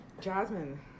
Jasmine